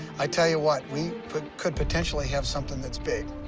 i tell you what, we could could potentially have something that's big.